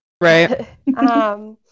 right